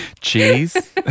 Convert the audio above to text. Cheese